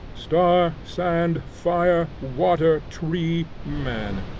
star, sand, fire, water, tree, man,